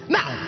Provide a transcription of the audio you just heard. now